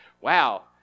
wow